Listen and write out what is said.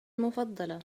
المفضلة